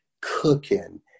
cooking